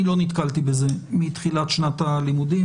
אני לא נתקלתי בזה מתחילת שנת הלימודים.